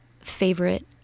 favorite